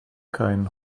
keinen